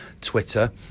Twitter